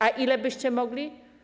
A ile byście mogli?